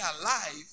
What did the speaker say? alive